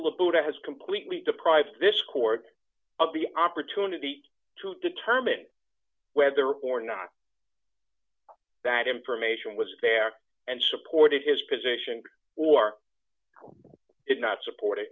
of the buddha has completely deprived this court of the opportunity to determine whether or not that information was fair and supported his position or if not support it